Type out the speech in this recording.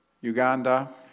Uganda